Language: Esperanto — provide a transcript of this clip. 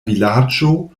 vilaĝo